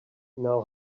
now